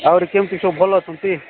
ଆରେ କେମିତି ସବୁ ଭଲ ଅଛନ୍ତି